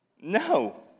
No